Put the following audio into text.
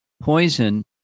poison